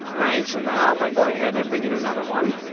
right so now if i go ahead and bring in another one